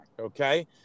okay